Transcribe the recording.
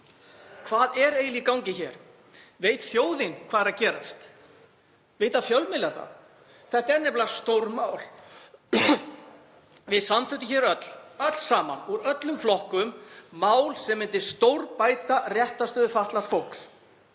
Hvað er eiginlega í gangi? Veit þjóðin hvað er að gerast? Vita fjölmiðlar það? Þetta er nefnilega stórmál. Við samþykktum hér öll saman, úr öllum flokkum, mál sem myndi stórbæta réttarstöðu fatlaðs fólks.